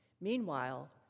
Meanwhile